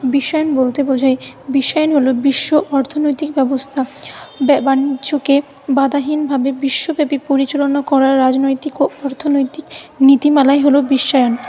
বিশ্বায়ন বলতে বোঝাই বিশ্বায়ন হলো বিশ্ব অর্থনৈতিক ব্যবস্থা বাণিজ্যকে বাধাহীনভাবে বিশ্বব্যাপী পরিচালনা করার রাজনৈতিক ও অর্থনৈতিক নীতিমালাই হলো বিশ্বায়ন